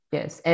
Yes